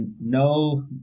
no